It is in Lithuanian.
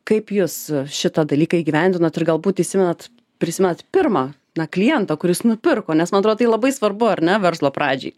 kaip jus šitą dalyką įgyvendinot ir galbūt įsimenat prisimenat pirmą na klientą kuris nupirko nes man atrodo tai labai svarbu ar ne verslo pradžiai